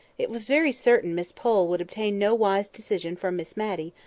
it was very certain miss pole would obtain no wise decision from miss matty,